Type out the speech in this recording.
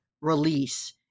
release